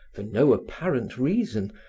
for no apparent reason,